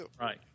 right